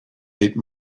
ate